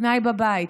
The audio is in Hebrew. פנאי בבית,